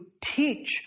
teach